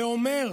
ואומר: